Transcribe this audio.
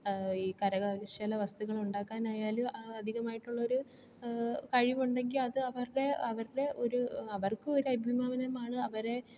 ഈ കരകൗശല വസ്തുക്കളുണ്ടാക്കാനായാലും അധികമായിട്ടുള്ള ഒരു കഴിവുണ്ടെങ്കിൽ അത് അവരുടെ അവരുടെ ഒരു അവർക്ക് ഒരു അഭിമാനമാണ് അവരെ